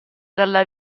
dalla